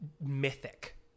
mythic